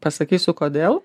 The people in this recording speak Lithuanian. pasakysiu kodėl